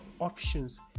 options